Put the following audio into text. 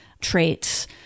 traits